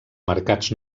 mercats